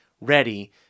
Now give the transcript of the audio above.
ready